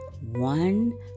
one